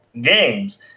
games